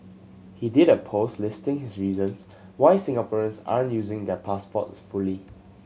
he did a post listing his reasons why Singaporeans are using their passports fully